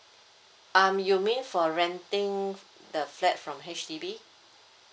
um you mean for renting the flat from H_D_B